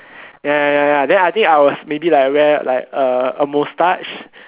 ya ya ya ya then I think I was maybe like I wear like uh a moustache